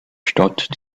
stadt